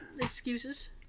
excuses